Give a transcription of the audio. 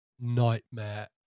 nightmare